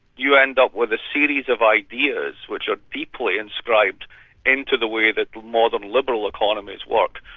you end up with a series of ideas which are deeply inscribed into the way that modern liberal economies work,